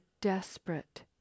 desperate